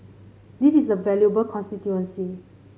this is a valuable constituency